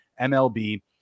MLB